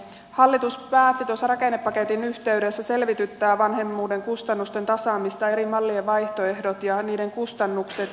hallitus päätti tuossa rakennepaketin yhteydessä selvityttää vanhemmuuden kustannusten tasaamista eri mallien vaihtoehdot ja niiden kustannukset